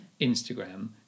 Instagram